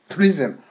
Prison